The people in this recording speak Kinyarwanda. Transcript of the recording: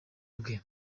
bwe